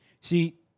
See